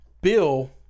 Bill